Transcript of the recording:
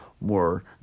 more